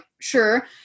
sure